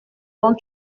dont